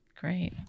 Great